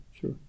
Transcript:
sure